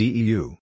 Deu